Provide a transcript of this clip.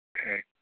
Okay